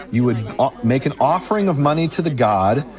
you would make an offering of money to the god,